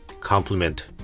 compliment